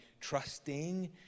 trusting